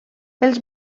els